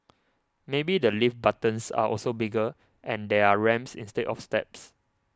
maybe the lift buttons are also bigger and there are ramps instead of steps